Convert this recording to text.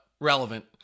relevant